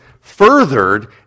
furthered